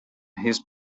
his